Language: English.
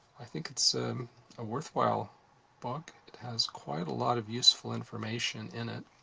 i think it's a worthwhile book. it has quite a lot of useful information in it.